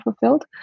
fulfilled